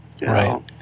Right